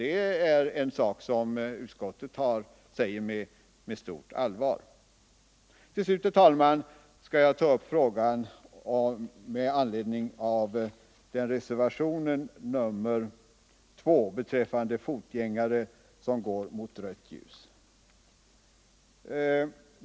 Det är en sak som utskottet säger med stort allvar. Så några ord om den andra punkten där reservation föreligger. Det gäller reservationen 2 beträffande fotgängare som går mot rött ljus.